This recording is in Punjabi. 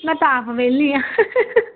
ਮੈਂ ਤਾਂ ਆਪ ਵਿਹਲੀ ਹਾਂ